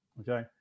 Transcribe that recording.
Okay